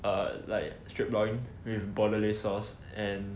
err like strip loin with bolognese sauce and